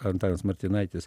antanas martinaitis